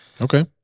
Okay